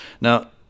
Now